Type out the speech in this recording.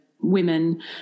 women